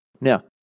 Now